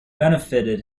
benefited